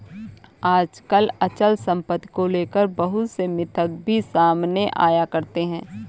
आजकल अचल सम्पत्ति को लेकर बहुत से मिथक भी सामने आया करते हैं